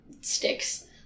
sticks